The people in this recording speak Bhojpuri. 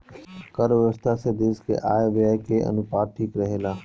कर व्यवस्था से देस के आय व्यय के अनुपात ठीक रहेला